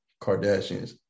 Kardashians